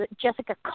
Jessica